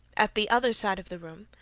at the other side of the room,